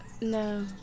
No